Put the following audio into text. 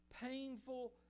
painful